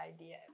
idea